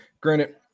Granted